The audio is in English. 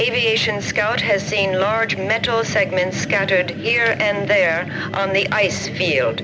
aviation scout has seen large metal segments scattered here and there on the ice field